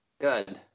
Good